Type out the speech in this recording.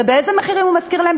ובאיזה מחירים הוא משכיר להם?